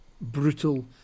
brutal